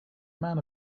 man